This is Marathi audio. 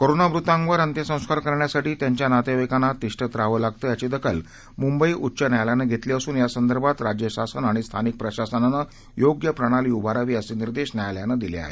कोरोना मृतांवर अंत्यसंस्कार करण्यासाठी त्यांच्या नातेवाईकांना तिष्ठत राहावं लागतं याची दखल मुंबई उच्च न्यायालयानं घेतली असून यासंदर्भात राज्य शासन आणि स्थानिक प्रशासनानं योग्य प्रणाली उभारावी असे निर्देश न्यायालयानं दिले आहेत